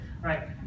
Right